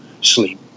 sleep